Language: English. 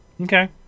Okay